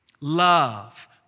Love